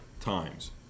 times